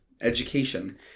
education—